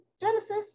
Genesis